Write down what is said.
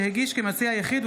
שהגיש כמציע יחיד,